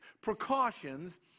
precautions